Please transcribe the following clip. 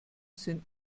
sind